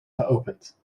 geopend